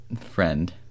friend